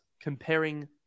comparing